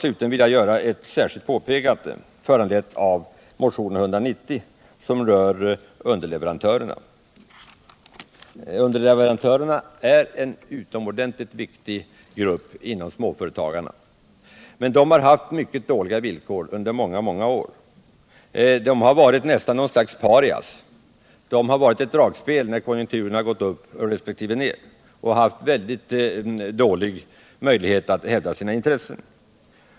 Slutligen vill jag göra ett särskilt påpekande, föranlett av motionen 190 som berör underleverantörerna. Dessa är en synnerligen viktig grupp bland småföretagarna. Men de har haft mycket dåliga villkor under många år. De har nästan varit något slags parias — de har fungerat som ett dragspel när konjunkturerna gått upp resp. ned. De har haft mycket dåliga möjligheter att hävda sina intressen.